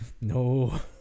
No